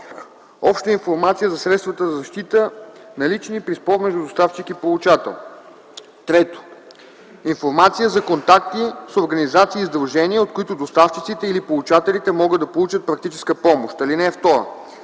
обща информация за средствата за защита, налични при спор между доставчик и получател; 3. информация за контакти с организации и сдружения, от които доставчиците или получателите могат да получат практическа помощ. (2)